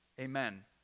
amen